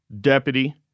deputy